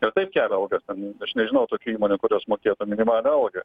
ir taip kelia algas ten aš nežinau tokių įmonių kurios mokėtų minimalią algą